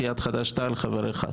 מסיעת חד"ש-תע"ל חבר אחד.